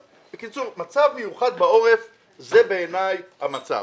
בקיצור, מצב מיוחד בעורף זה בעיני המצב.